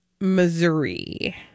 Missouri